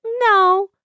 no